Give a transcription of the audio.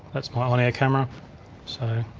that's my linear camera so